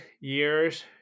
years